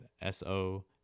S-O